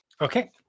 okay